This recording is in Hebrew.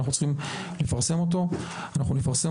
אני בארגון